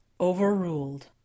Overruled